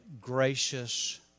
gracious